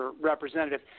representative